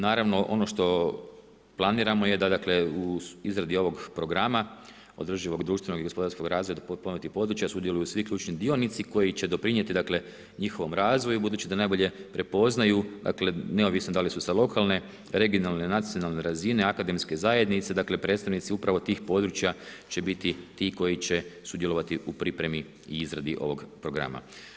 Naravno, ono što planiramo je da u izradi ovog programa održivog društvenog i gospodarskog razvoja potpomognutih područja sudjeluju svi ključni dionici koji će doprinijeti njihovom razvoju budući da najbolje prepoznaju, dakle neovisno da li su sa lokalne, regionalne, nacionalne razine, akademske zajednice, dakle predstavnici upravo tih područja će biti ti koji će sudjelovati u pripremi i izradi ovog programa.